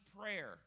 prayer